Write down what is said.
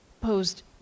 posed